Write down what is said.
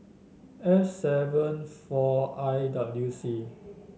F seven four I W C